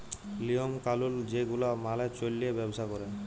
লিওম কালুল যে গুলা মালে চল্যে ব্যবসা ক্যরে